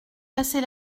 passer